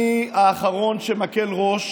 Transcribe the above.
אני האחרון שמקל ראש